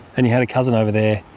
and you have a cousin over there,